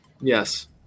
Yes